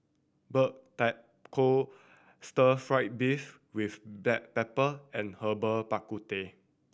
Stir Fry beef with black pepper and Herbal Bak Ku Teh